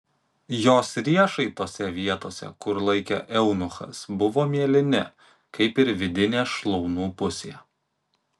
jos riešai tose vietose kur laikė eunuchas buvo mėlyni kaip ir vidinė šlaunų pusė